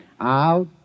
Out